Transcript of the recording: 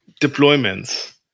deployments